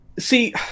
see